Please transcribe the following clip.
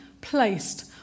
placed